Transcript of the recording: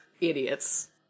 Idiots